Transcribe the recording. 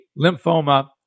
lymphoma